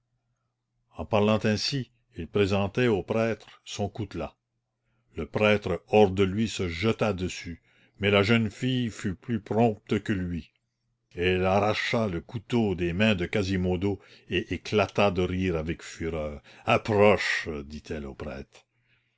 en parlant ainsi il présentait au prêtre son coutelas le prêtre hors de lui se jeta dessus mais la jeune fille fut plus prompte que lui elle arracha le couteau des mains de quasimodo et éclata de rire avec fureur approche dit-elle au prêtre